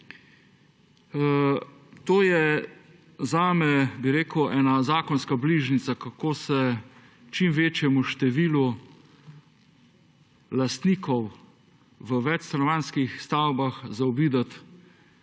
To je zame, bi rekel ena zakonska bližnjica, kako se čim večjemu številu lastnikov v večstanovanjskih stavbah zaobidet